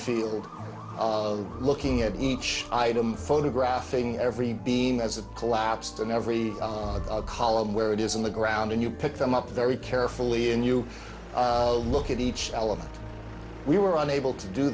field looking at each item photographing every beam as it collapsed and every column where it is on the ground and you pick them up very carefully and you look at each element we were unable to do